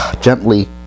gently